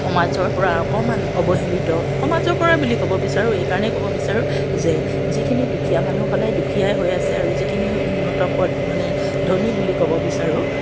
সমাজৰ পৰা অকণমান অৱহেলিত সমাজৰ পৰাই বুলি ক'ব বিচাৰোঁ এইকাৰণেই ক'ব বিচাৰোঁ যে যিখিনি দুখীয়া মানুহ সদায় দুখীয়াই হৈ আছে আৰু যিখিনি উন্নত পৰ মানে ধনী বুলি ক'ব বিচাৰোঁ